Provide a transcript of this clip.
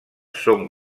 són